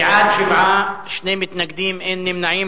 בעד, 7, שני מתנגדים, אין נמנעים.